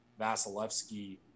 Vasilevsky